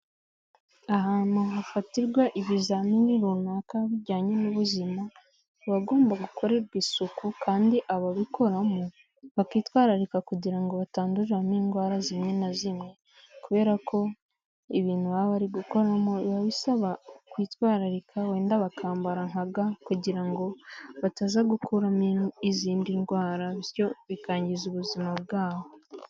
Ahantu hafatirwa ibizamini runaka bijyanye n'ubuzima, haba hagomba gukorerwa isuku kandi ababikoramo bakitwararika kugira ngo batandurira mo indwara zimwe na zimwe, kubera ko ibintu baba bari gukora biba bisaba kwitwararika wenda bakambara nka ga kugira ngo bataza gukuramo izindi ndwara bityo bikangiza ubuzima bwabo.